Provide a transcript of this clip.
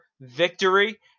victory